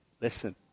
Listen